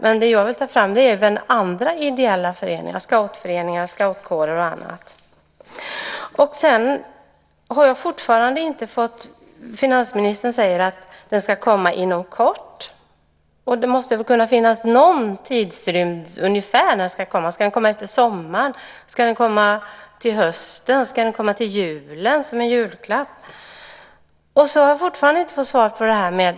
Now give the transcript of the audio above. Men det jag vill ta fram är även andra ideella föreningar, scoutföreningar, scoutkårer och annat. Sedan har jag fortfarande inte fått ett svar. Finansministern säger att utredningen ska komma inom kort. Det måste kunna finnas någon tidsrymd på ett ungefär gällande när den ska komma. Ska den komma efter sommaren? Ska den komma till hösten? Ska den komma till julen som en julklapp? Jag har fortfarande inte heller fått svar på det här med.